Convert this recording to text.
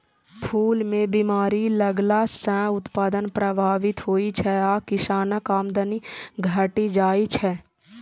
फूल मे बीमारी लगला सं उत्पादन प्रभावित होइ छै आ किसानक आमदनी घटि जाइ छै